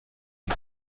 این